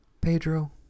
Pedro